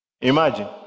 Imagine